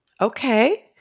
Okay